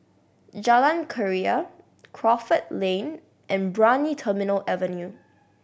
Jalan Keria Crawford Lane and Brani Terminal Avenue